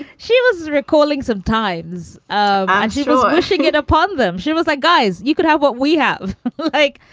she was recalling some times ah ah she ah she hit upon them. she was like, guys, you could have what we have like.